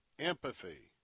empathy